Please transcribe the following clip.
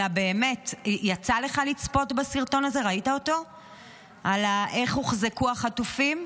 אלא באמת: יצא לך לצפות בסרטון הזה על איך הוחזקו החטופים?